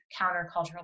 countercultural